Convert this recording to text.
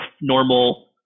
normal